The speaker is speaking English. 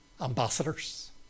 ambassadors